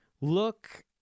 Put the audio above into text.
look